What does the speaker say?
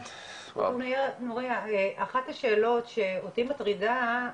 אחת השאלות שאותי מטרידה,